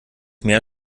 meer